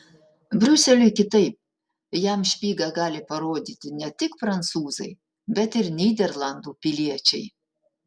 briuseliui kitaip jam špygą gali parodyti ne tik prancūzai bet ir nyderlandų piliečiai